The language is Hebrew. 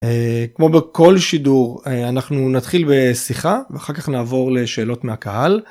כמו בכל שידור אנחנו נתחיל בשיחה ואחר כך נעבור לשאלות מהקהל.